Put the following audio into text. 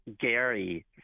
Gary